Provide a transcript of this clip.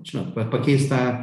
žinot pakeist tą